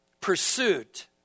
pursuit